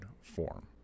form